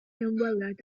ymweliad